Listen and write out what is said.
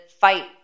fight